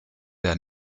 der